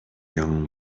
young